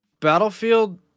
Battlefield